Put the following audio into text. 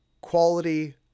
quality